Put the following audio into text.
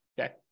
Okay